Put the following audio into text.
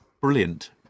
brilliant